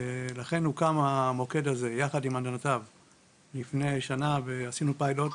לכן לפני שנה הוקם המוקד הזה יחד ועשינו פיילוט.